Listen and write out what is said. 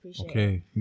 okay